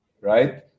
right